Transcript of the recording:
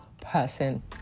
person